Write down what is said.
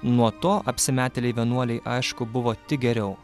nuo to apsimetėlei vienuolei aišku buvo tik geriau